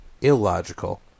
illogical